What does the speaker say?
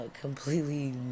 completely